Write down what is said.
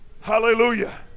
hallelujah